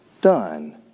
Done